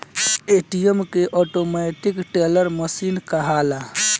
ATM के automatic teller machine कहाला